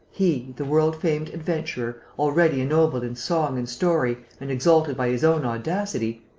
he, the world-famed adventurer, already ennobled in song and story and exalted by his own audacity,